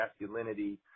masculinity